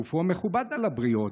גופו מכובד על הבריות,